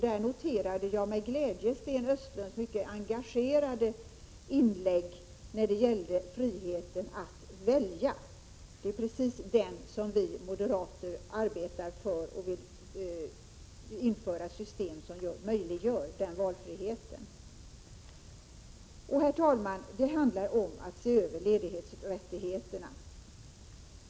Där noterade jag med glädje Sten Östlunds mycket engagerade inlägg när det gällde friheten att välja — det är precis den som vi moderater arbetar för; vi vill införa system som möjliggör den valfriheten. Herr talman! Det handlar om att se över ledighetsrättigheterna.